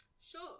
Sure